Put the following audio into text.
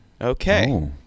Okay